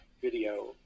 video